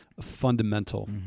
fundamental